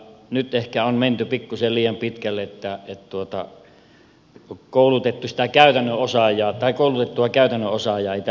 nyt ehkä on menty pikkuisen liian pitkälle niin että koulutettua käytännön osaajaa ei tällä hetkellä ole